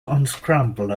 unscramble